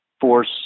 force